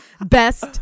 Best